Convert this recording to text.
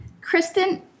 Kristen